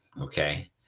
okay